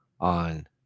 on